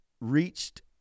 reached